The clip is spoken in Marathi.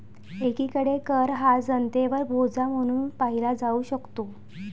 एकीकडे कर हा जनतेवर बोजा म्हणून पाहिला जाऊ शकतो